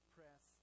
Press